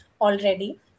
already